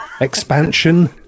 expansion